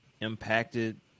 impacted